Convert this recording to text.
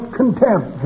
contempt